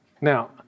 Now